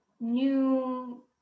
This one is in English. new